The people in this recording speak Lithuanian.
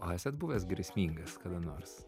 o esat buvęs grėsmingas kada nors